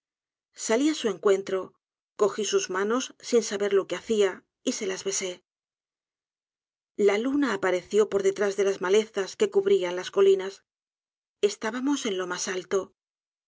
salí á su encuentro cogí sus manos sin saber lo que hacia y se las besé la luna apareció por detrás de las malezas que cubrían las colinas estábamos en lo mas alto